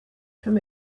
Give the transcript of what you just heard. from